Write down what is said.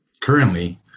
currently